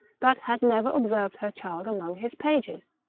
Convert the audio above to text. but had never observed her child among his pages.